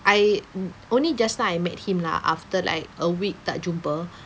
I mm only just now I met him lah after like a week tak jumpa